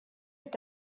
est